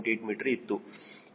8 metre ಇತ್ತು